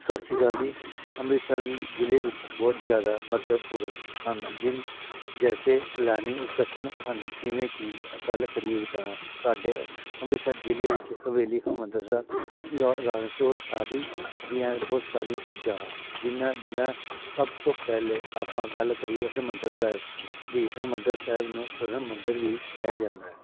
ਸਤਿ ਸ਼੍ਰੀ ਅਕਾਲ ਜੀ ਅੰਮ੍ਰਿਤਸਰ ਜ਼ਿਲ੍ਹੇ ਵਿੱਚ ਬਹੁਤ ਜ਼ਿਆਦਾ ਮਹੱਤਵਪੂਰਨ ਸਥਾਨ ਹਨ ਜਿਨ ਜੈਸੇ ਸੈਲਾਨੀ ਆਕਰਸ਼ਨ ਹਨ ਜਿਵੇਂ ਕਿ ਗੱਲ ਕਰੀਏ ਤਾਂ ਸਾਡੇ ਅੰਮ੍ਰਿਤਸਰ ਜ਼ਿਲ੍ਹੇ ਵਿੱਚ ਹਵੇਲੀ ਹਰਿਮੰਦਰ ਸਾਹਿਬ ਰੋਡ ਆਦਿ ਦੀਆਂ ਬਹੁਤ ਸਾਰੀਆਂ ਚੀਜ਼ਾਂ ਹਾ ਜਿਨ੍ਹਾਂ ਜਿਨ੍ਹਾਂ ਸਭ ਤੋਂ ਪਹਿਲੇ ਆਪਾਂ ਗੱਲ ਕਰੀਏ ਹਰਿਮੰਦਰ ਸਾਹਿਬ ਦੀ ਹਰਿਮੰਦਰ ਸਾਹਿਬ ਨੂੰ ਸਵਰਨ ਮੰਦਰ ਵੀ ਕਿਹਾ ਜਾਂਦਾ